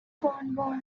cornwall